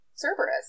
Cerberus